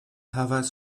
havas